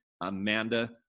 Amanda